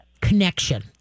connection